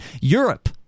Europe